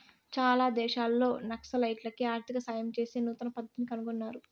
చాలా దేశాల్లో నక్సలైట్లకి ఆర్థిక సాయం చేసే నూతన పద్దతిని కనుగొన్నారు